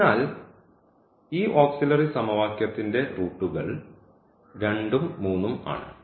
അതിനാൽ ഈ ഓക്സിലറി സമവാക്യത്തിന്റെ റൂട്ടുകൾ 2 ഉം 3 ഉം ആണ്